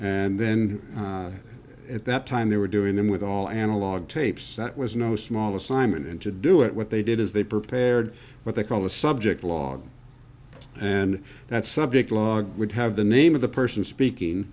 and then at that time they were doing them with all analog tapes that was no small assignment and to do it what they did is they prepared what they call a subject law and that subject log would have the name of the person speaking